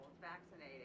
vaccinated